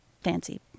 fancy